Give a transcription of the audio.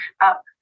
up